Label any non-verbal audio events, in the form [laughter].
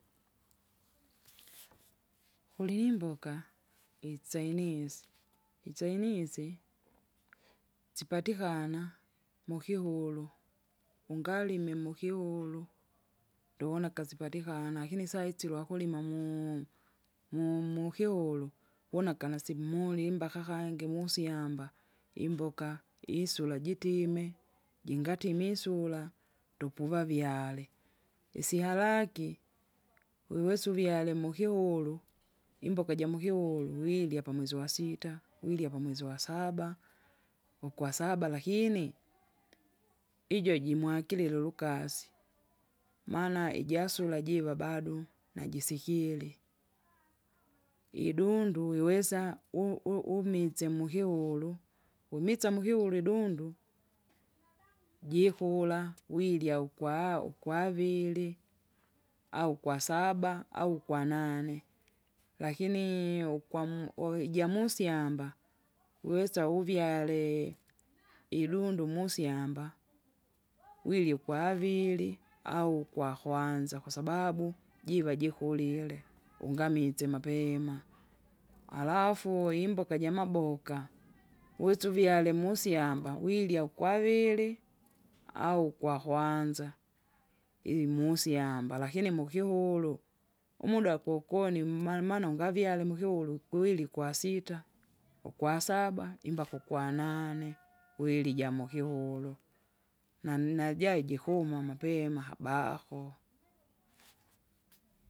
Kilinimboka itsainizi, ichainizi, sipatikana, mukihuru, ungalime mukihuru, ndo onaka sipatikana, lakini lakini saizi lwakulima mu- mu- mukiulu, wona kana simmulimbaka imbaka kangi musyamba imboka isula jitime, jingatima isula, ndopuvavyale. Isyalaki, wiwesa uvyale mukihuru, imboka jamukihuru wirya pamwezi wasita, wirya pamwezi wasaba, wakwasaba lakini? ijo jimwakilila ulukasi, [noise] maana ijasula jiva bado najisikiele. [noise] Idundu wiwesa wu- wu- wumitse mukiulu, kumitsa mukiulu idundu, [noise] jikula wirya ukwaa- ukwavil, au kwasaba au kwanane. Lakini ukwamu waki jamusyamaba, [noise] uwesa uvyale, [noise] idundu musyamba [noise] wirya ukwaviri [noise] au ukwakwanza kwasababu [noise] jiva jikulile [noise] unamitse mapema. [noise] Alafu imboka jamaboka [noise] wisa uvyale musyamba wirya ukwaviri au ukwakwanza, imusyamba lakini mukihulu, umuda kukoni mmana- maana ungavyale mukiulu ukwiwiri kwasita, ukwasaba imbaka ukwanane, [noise] kweli ijamukihulu, nani najaji jikuma mapema mapema ahabaho.